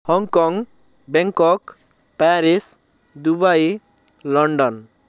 Hong Kong Bangkok Paris Dubai London